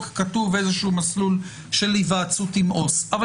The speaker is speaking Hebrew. כתוב מסלול של היוועצות עם עובד סוציאלי,